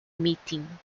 meeting